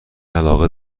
علاقه